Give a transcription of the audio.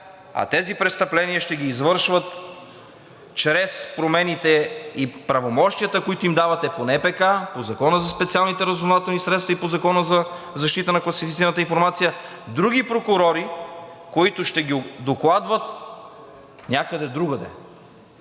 а тези престъпления ще ги разследват чрез промените и правомощията, които им давате по НПК, по Закона за специалните разузнавателни средства и по Закона за защита на класифицираната информация други прокурори, които ще ги докладват някъде другаде.